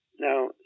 Now